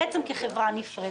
בעצם כחברה נפרדת.